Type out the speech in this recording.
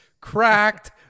cracked